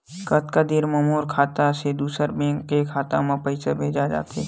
कतका देर मा मोर खाता से दूसरा बैंक के खाता मा पईसा भेजा जाथे?